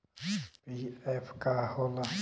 PF का होला?